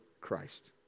Christ